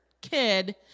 kid